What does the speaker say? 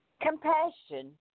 Compassion